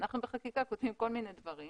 אנחנו בחקיקה כותבים כל מיני דברים